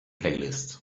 playlist